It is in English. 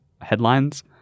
headlines